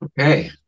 Okay